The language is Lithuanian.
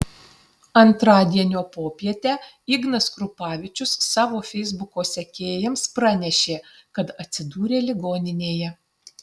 antradienio popietę ignas krupavičius savo feisbuko sekėjams pranešė kad atsidūrė ligoninėje